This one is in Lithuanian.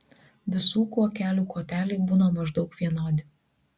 visų kuokelių koteliai būna maždaug vienodi